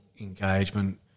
engagement